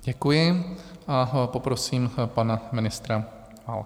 Děkuji a poprosím pana ministra Válka.